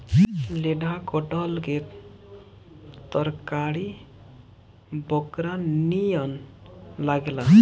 लेढ़ा कटहल के तरकारी बकरा नियन लागेला